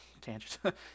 Tangent